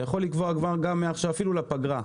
אתה יכול לקבוע אפילו לפגרה,